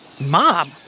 Mob